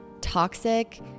toxic